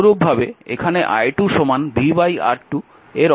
অনুরূপভাবে এখানে i2 vR2